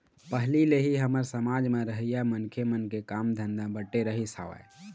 पहिली ले ही हमर समाज म रहइया मनखे मन के काम धंधा बटे रहिस हवय